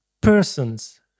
persons